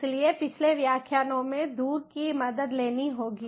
इसलिए पिछले व्याख्यानों में दूर की मदद लेनी होगी